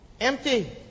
Empty